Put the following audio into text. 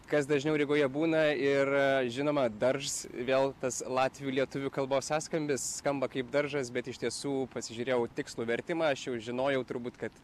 kas dažniau rygoje būna ir žinoma daržs vėl tas latvių lietuvių kalbos sąskambis skamba kaip daržas bet iš tiesų pasižiūrėjau tikslų vertimą aš jau žinojau turbūt kad